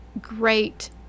great